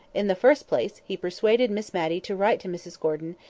in the first place, he persuaded miss matty to write to mrs gordon,